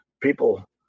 People